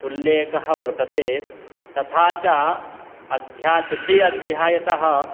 उल्लेखः वर्तते तथा च अध्यायः तृतीयाध्यायतः